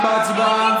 בהצבעה.